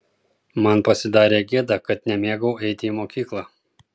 man pasidarė gėda kad nemėgau eiti į mokyklą